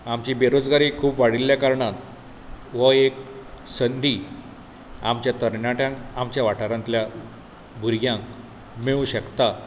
आमची बेरोजगारी खूब वाडिल्ल्या कारणान वो एक संदी आमच्या तरणाट्यांक आमच्या वाठारांतल्या भुरग्यांक मेळूं शकता